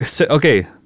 okay